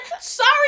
Sorry